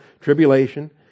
tribulation